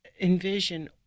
Envision